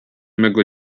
mego